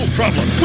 problem